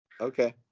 Okay